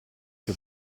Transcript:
che